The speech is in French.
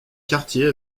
quartier